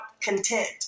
content